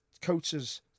coaches